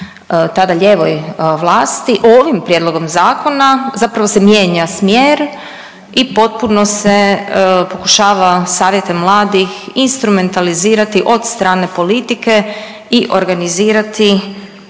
tada lijevoj vlasti. Ovim prijedlogom zakona zapravo se mijenja smjer i potpuno se pokušava savjete mladih instrumentalizirati od strane politike i organizirati